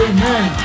Amen